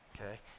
okay